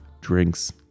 drinks